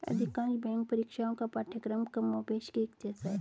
अधिकांश बैंक परीक्षाओं का पाठ्यक्रम कमोबेश एक जैसा है